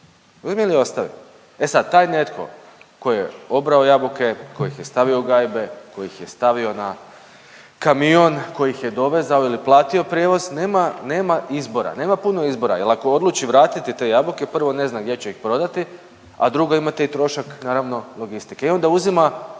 uzmi ili ostavi. E sad, taj netko ko je obrao jabuke, ko ih je stavio u gajbe, ko ih je stavio na kamion, ko ih je dovezao ili platio prijevoz, nema, nema izbora, nema puno izbora jel ako odluči vratiti te jabuke, prvo ne zna gdje će ih prodati, a drugo imate i trošak naravno logistike i onda uzima